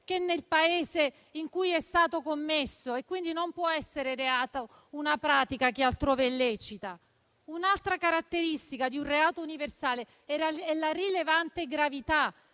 che nel Paese in cui è stato commesso. Quindi non può essere reato universale una pratica che altrove è lecita. Un'altra caratteristica di un reato universale è la rilevante gravità